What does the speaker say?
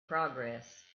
progress